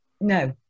No